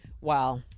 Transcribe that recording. Wow